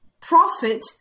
profit